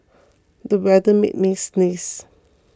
the weather made me sneeze